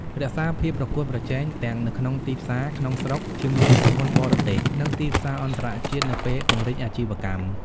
រក្សាភាពប្រកួតប្រជែង ទាំងនៅក្នុងទីផ្សារក្នុងស្រុក ជាមួយក្រុមហ៊ុនបរទេស និងទីផ្សារអន្តរជាតិ នៅពេលពង្រីកអាជីវកម្ម។